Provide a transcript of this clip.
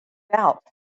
doubt